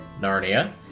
Narnia